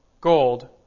gold